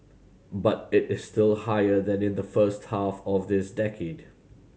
but it is still higher than in the first half of this decade